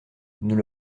nous